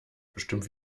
bestimmt